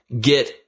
get